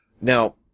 Now